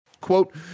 Quote